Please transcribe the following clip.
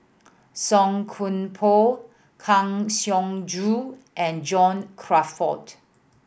Song Koon Poh Kang Siong Joo and John Crawfurd